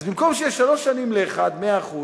אז במקום שיהיה שלוש שנים לאחד 100%,